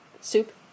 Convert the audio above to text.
Soup